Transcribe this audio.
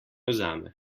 vzame